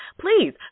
Please